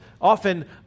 often